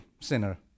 sinner